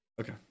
okay